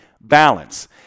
balance